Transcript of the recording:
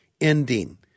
ending